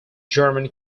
german